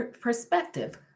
perspective